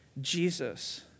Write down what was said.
Jesus